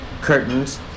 Curtains